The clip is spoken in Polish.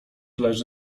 leży